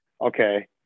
okay